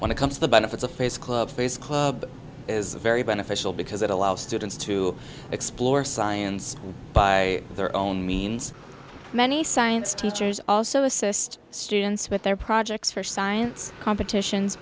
when it comes to the benefits of face club face club is very beneficial because it allows students to explore science by their own means many science teachers also assist students with their projects for science competitions